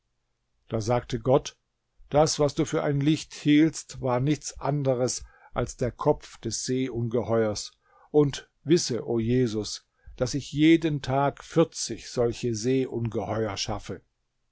da sagte gott das was du für ein licht hieltst war nichts anderes als der kopf des seeungeheuers und wisse o jesus daß ich jeden tag vierzig solche seeungeheuer schaffe